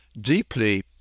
deeply